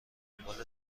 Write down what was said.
دنبال